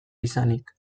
izanik